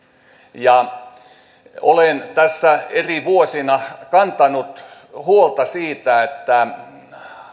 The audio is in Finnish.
ja olen tässä eri vuosina kantanut huolta siitä että